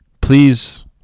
Please